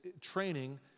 training